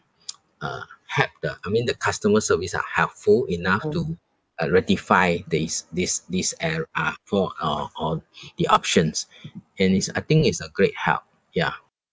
uh help the I mean the customer service are helpful enough to uh rectify this this this error uh for or or the options and is I think it's a great help ya